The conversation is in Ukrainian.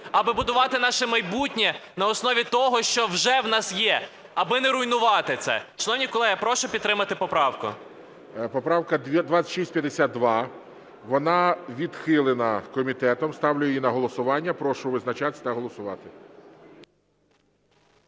аби будувати наше майбутнє на основі того, що вже в нас є, аби не руйнувати це. Шановні колеги, прошу підтримати поправку. ГОЛОВУЮЧИЙ. Поправка 2652. Вона відхилена комітетом. Ставлю її на голосування. Прошу визначатись та голосувати.